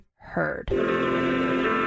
heard